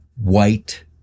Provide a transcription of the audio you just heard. White